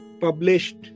published